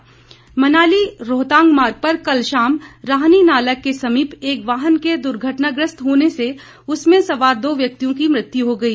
दुर्घटना मनाली रोहतांग मार्ग पर कल शाम राहनी नाला के समीप एक वाहन के दुर्घटनाग्रस्त होने से उसमें सवार दो व्यक्तियों की मृत्यु हो गई